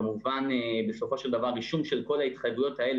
כמובן בסופו של דבר רישום כל ההתחייבויות האלה